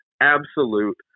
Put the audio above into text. absolute